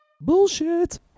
Bullshit